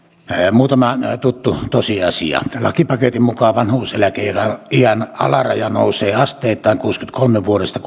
muutama tuttu tosiasia lakipaketin mukaan vanhuuseläkeiän alaraja nousee asteittain kuudestakymmenestäkolmesta vuodesta